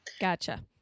gotcha